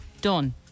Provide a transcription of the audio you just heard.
done